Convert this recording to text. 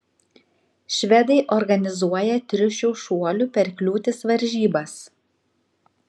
švedai organizuoja triušių šuolių per kliūtis varžybas